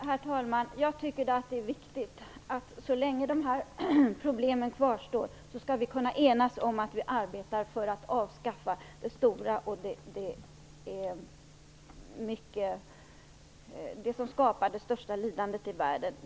Herr talman! Jag tycker att det är viktigt, så länge de här problemen kvarstår, att vi skall kunna enas om att vi arbetar för att avskaffa det som skapar det största lidandet i världen.